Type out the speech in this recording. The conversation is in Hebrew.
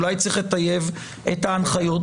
אולי צריך לטייב את ההנחיות.